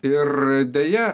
ir deja